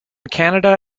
canada